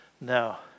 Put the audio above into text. Now